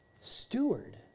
Steward